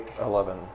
Eleven